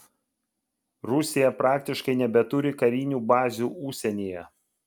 rusija praktiškai nebeturi karinių bazių užsienyje